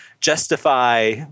justify